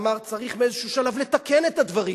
אומר: צריך מאיזה שלב לתקן את הדברים,